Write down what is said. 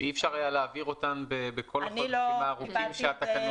שאי אפשר היה להעביר אותן בכל החודשים הארוכים שהיו?